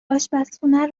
آشپرخونه